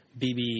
BB